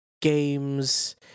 games